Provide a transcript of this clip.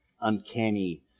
uncanny